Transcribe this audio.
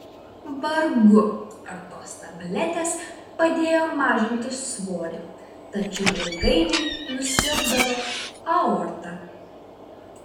vargu ar tos tabletės padėjo mažinti svorį tačiau ilgainiui nusilpdavo aorta